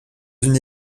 une